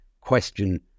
question